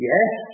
Yes